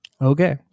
Okay